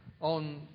On